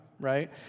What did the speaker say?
right